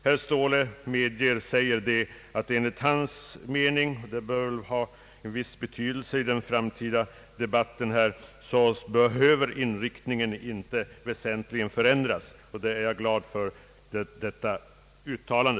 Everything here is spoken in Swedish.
Herr Ståhle som för utskottsmajoritetens talan har här sagt — och det bör väl ha en viss betydelse i den framtida debatten — att inriktningen av postbankens kreditgivning inte behöver förändras i någon väsentlig grad. Jag är glad över detta uttalande.